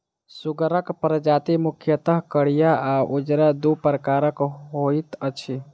सुगरक प्रजाति मुख्यतः करिया आ उजरा, दू प्रकारक होइत अछि